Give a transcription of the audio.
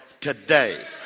today